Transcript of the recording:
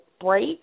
break